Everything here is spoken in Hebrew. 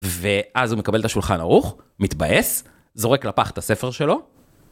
ואז הוא מקבל את השולחן ערוך, מתבאס, זורק לפח את הספר שלו.